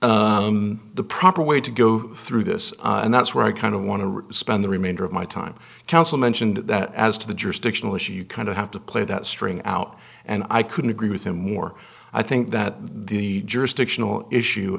so the proper way to go through this and that's where i kind of want to spend the remainder of my time counsel mentioned that as to the jurisdictional issue you kind of have to play that string out and i couldn't agree with him more i think that the jurisdictional issue